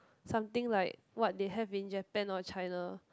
something like what they have in Japan or China